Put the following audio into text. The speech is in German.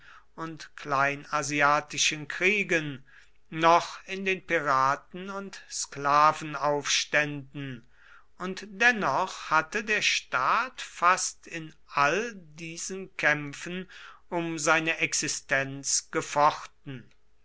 und kleinasiatischen kriegen noch in den piraten und sklavenaufständen und dennoch hatte der staat fast in all diesen kämpfen um seine existenz gefochten